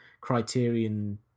Criterion